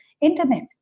internet